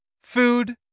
food